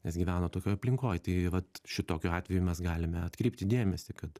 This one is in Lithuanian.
nes gyvena tokioj aplinkoj tai vat šitokiu atveju mes galime atkreipti dėmesį kad